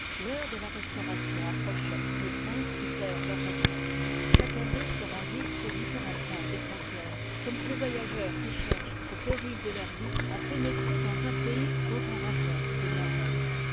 theure de là restauration approchoit nos princes quittèrent leurs retraites chacin d'eux se rendit sur différens points des frontières comme ces voyageui qui cherchent au péril de lem vie à pénétrer dans un pays dont on raconte des